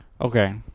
Okay